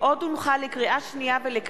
באמצעות חרם (תיקון,